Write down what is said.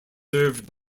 served